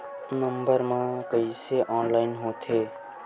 Number मा कइसे online होथे?